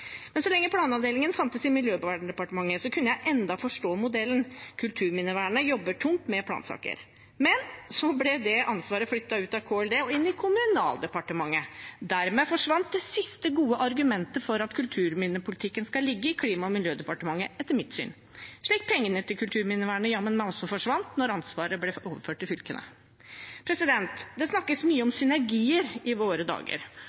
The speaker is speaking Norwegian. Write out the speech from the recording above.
Så lenge planavdelingen fantes i Klima- og miljødepartementet, kunne jeg enda forstå modellen; kulturminnevernet jobber tungt med plansaker. Men så ble det ansvaret flyttet ut av Klima- og miljødepartementet og inn i Kommunaldepartementet. Dermed forsvant det siste gode argumentet for at kulturminnepolitikken skal ligge i Klima- og miljødepartementet, etter mitt syn, slik pengene til kulturminnevernet jammen også forsvant da ansvaret ble overført til fylkene. Det snakkes mye om synergier i våre dager,